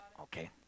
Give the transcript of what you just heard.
Okay